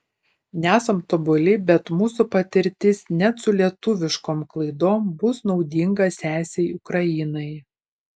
nesam tobuli bet mūsų patirtis net su lietuviškom klaidom bus naudinga sesei ukrainai